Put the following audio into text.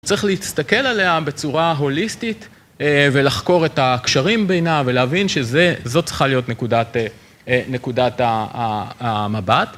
צריך להסתכל עליה בצורה הוליסטית ולחקור את הקשרים בינה, ולהבין שזאת צריכה להיות נקודת המבט.